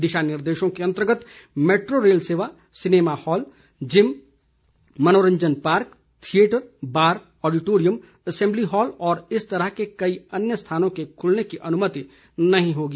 दिशा निर्देशों के अंतर्गत मेट्रो रेल सेवा सिनेमा हॉल जिम मनोरंजन park theatre bar auditorium assembly hall और इस तरह के कई स्थानों के खुलने की अनुमति नहीं होगी